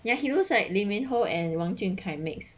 ya he looks like lee minho and 王俊凯 mix